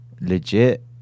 Legit